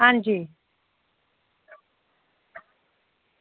आं जी